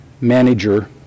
manager